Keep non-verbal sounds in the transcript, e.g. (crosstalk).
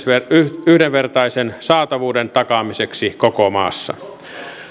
(unintelligible) ja yhdenvertaisen saatavuuden takaamiseksi koko maassa